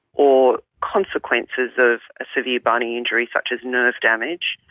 or consequences of a severe but injury such as nerve damage.